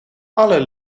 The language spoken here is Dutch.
alle